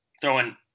throwing